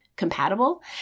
compatible